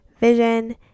vision